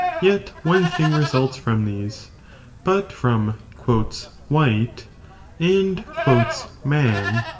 yet one thing results from these but from white and man,